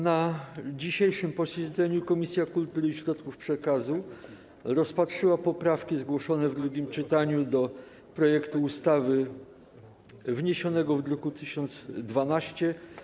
Na dzisiejszym posiedzeniu Komisja Kultury i Środków Przekazu rozpatrzyła poprawki zgłoszone w drugim czytaniu do projektu ustawy z druku nr 1012.